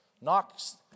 Knocks